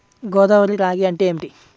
గోదావరి రాగి అంటే ఏమిటి?